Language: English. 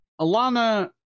Alana